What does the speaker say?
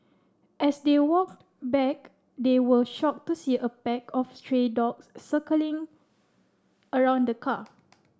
as they walked back they were shocked to see a pack of stray dogs circling around the car